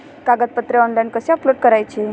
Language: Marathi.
कागदपत्रे ऑनलाइन कसे अपलोड करायचे?